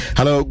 Hello